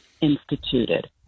instituted